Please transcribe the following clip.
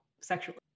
sexually